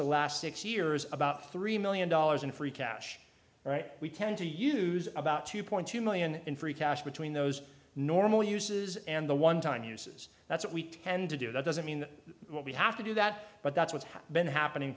the last six years about three million dollars in free cash right we tend to use about two point two million in free cash between those normal uses and the one time uses that's what we tend to do that doesn't mean we have to do that but that's what's been happening